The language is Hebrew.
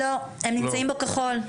לא, הם נמצאים בכחול.